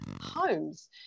homes